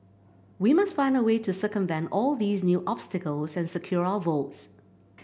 we must find a way to circumvent all these new obstacles and secure our votes